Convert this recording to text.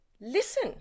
listen